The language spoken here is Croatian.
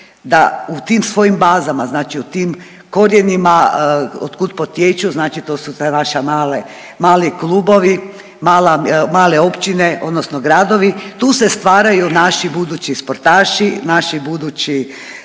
u tim svojim bazama, znači u tim korijenima od kud potječu, znači to su sve vaša male, mali klubovi, mala, male općine odnosno gradovi, tu se stvaraju naši budući sportaši, naši budući